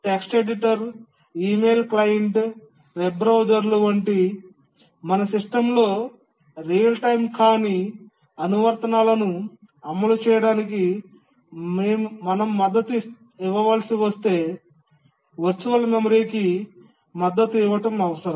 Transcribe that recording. text editor email client web బ్రౌజర్లు వంటి మన సిస్టమ్లో రియల్ టైమ్ కాని అనువర్తనాల ను అమలు చేయడానికి మేము మద్దతు ఇవ్వవలసి వస్తే వర్చువల్ మెమరీకి మద్దతు ఇవ్వడం అవసరం